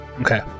Okay